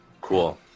Cool